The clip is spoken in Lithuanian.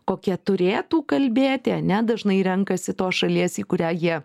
kokia turėtų kalbėti ane dažnai renkasi tos šalies į kurią jie